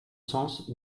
sens